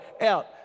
out